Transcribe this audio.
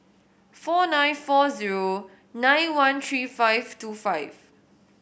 four nine four zero nine one three five two five